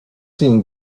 seen